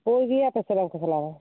ᱯᱩᱭᱜᱮᱭᱟ ᱥᱮ ᱠᱷᱚᱥᱞᱟ ᱫᱚ